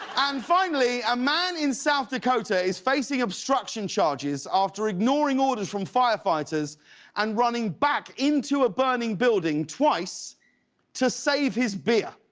and finally, a man in south dakota is facing obstruction charges after ignoring orders from firefighters and running back into a burning building twice to save his beer.